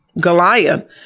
Goliath